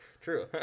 True